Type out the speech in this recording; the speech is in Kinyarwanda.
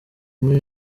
muri